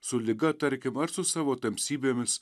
su liga tarkim ar su savo tamsybėmis